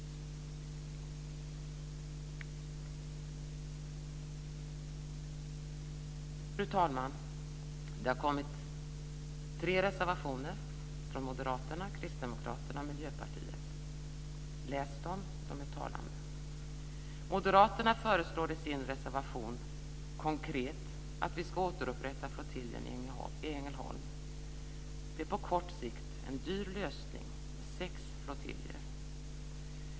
Fru talman! Det har kommit tre reservationer från Läs dem! De är talande. Moderaterna föreslår i sin reservation konkret att vi ska återupprätta flottiljen i Ängelholm. Det är på kort sikt en dyr lösning med sex flottiljer.